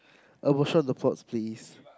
please